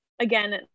again